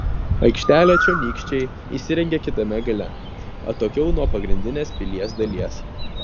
aikštelę čionykščiai įsirengė kitame gale atokiau nuo pagrindinės pilies dalies